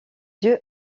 dieu